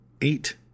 eight